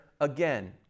again